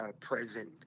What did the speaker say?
present